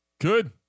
Good